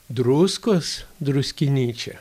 druskos druskinyčią